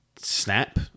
snap